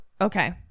okay